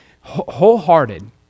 wholehearted